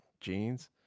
jeans